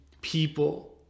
people